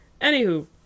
Anywho